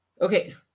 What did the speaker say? Okay